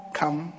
come